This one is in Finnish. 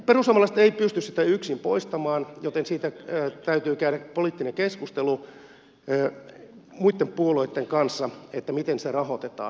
perussuomalaiset eivät pysty sitä yksin poistamaan joten siitä täytyy käydä poliittinen keskustelu muitten puolueitten kanssa miten se rahoitetaan